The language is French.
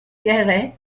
guéret